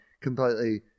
completely